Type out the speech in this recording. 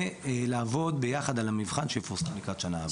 ולעבוד ביחד על המבחן שיפורסם לקראת שנה הבאה.